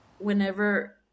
whenever